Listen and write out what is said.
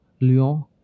Lyon